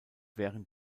während